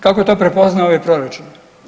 Kako je to prepoznao ovaj proračun?